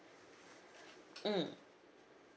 mm